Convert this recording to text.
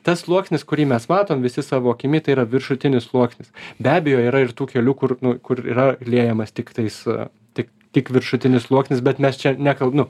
tas sluoksnis kurį mes matom visi savo akimi tai yra viršutinis sluoksnis be abejo yra ir tų kelių kur kur yra liejamas tiktais tik tik viršutinis sluoksnis bet mes čia nekal nu